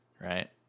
right